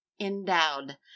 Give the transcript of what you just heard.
endowed